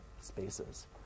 spaces